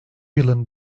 yılın